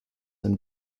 and